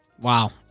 wow